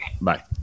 bye